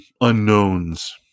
unknowns